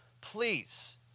please